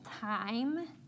time